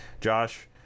josh